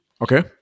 Okay